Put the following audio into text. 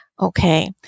Okay